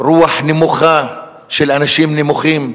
רוח נמוכה של אנשים נמוכים,